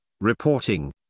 reporting